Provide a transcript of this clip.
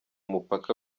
mupaka